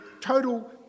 total